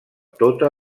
tota